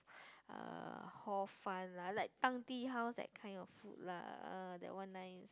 uh Hor-Fun lah like Tang-Tea-House that kind of food lah ah that one nice